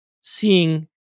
seeing